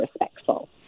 respectful